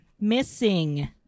missing